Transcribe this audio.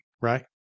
right